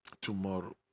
tomorrow